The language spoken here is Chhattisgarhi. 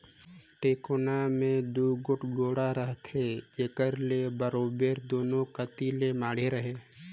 टेकोना मे दूगोट गोड़ा रहथे जेकर ले बरोबेर दूनो कती ले माढ़े रहें